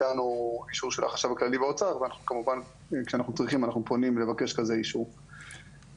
אישור של החשב הכללי באוצר ואנחנו עושים זאת.